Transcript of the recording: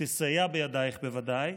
תסייע בידייך בוודאי,